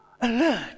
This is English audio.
alert